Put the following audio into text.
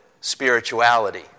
spirituality